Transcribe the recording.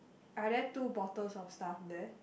are there two bottles of stuff there